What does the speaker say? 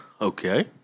Okay